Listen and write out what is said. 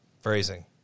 Phrasing